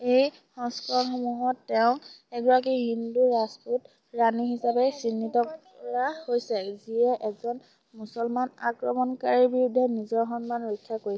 এই সংস্কৰণসমূহত তেওঁক এগৰাকী হিন্দু ৰাজপুত ৰাণী হিচাপে চিহ্নিত কৰা হৈছে যিয়ে এজন মুছলমান আক্ৰমণকাৰীৰ বিৰুদ্ধে নিজৰ সন্মান ৰক্ষা কৰিছিল